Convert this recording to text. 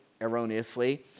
erroneously